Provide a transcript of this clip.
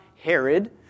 Herod